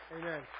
Amen